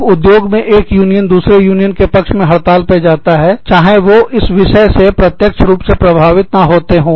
जब उद्योग में एक यूनियन दूसरे यूनियन के पक्ष में हड़ताल पर जाता है चाहे वे इस विषय से प्रत्यक्ष रूप से प्रभावित ना होते हो